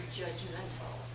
judgmental